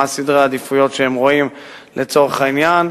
סדרי העדיפויות שהם רואים לצורך העניין,